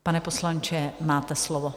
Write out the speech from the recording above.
Pane poslanče, máte slovo.